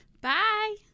Bye